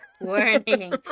Warning